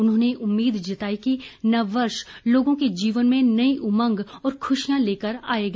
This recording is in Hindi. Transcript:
उन्होंने उम्मीद जताई कि नववर्ष लोगों के जीवन में नई उमंग और खुशियां लेकर आएगा